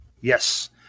Yes